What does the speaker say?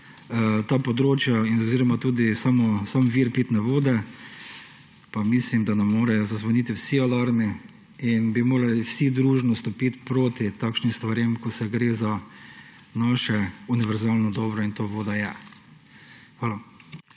ta območja oziroma tudi sam vir pitne vode, pa mislim, da nam morajo zazvoniti vsi alarmi in bi morali vsi družno stopiti proti takšnim stvarem, ko gre za naše univerzalno dobro, in to voda je. Hvala.